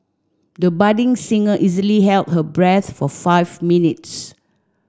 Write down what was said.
the budding singer easily held her breath for five minutes